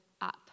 up